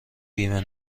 بیمه